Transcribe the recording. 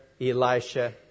Elisha